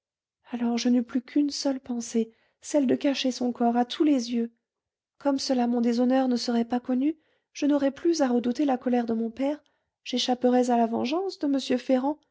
alors je n'eus plus qu'une seule pensée celle de cacher son corps à tous les yeux comme cela mon déshonneur ne serait pas connu je n'aurais plus à redouter la colère de mon père j'échapperais à la vengeance de m ferrand